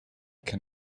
can